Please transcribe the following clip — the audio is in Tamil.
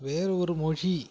வேறு ஒரு மொழி